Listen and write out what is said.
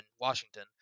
washington